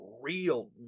real